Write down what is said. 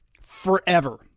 forever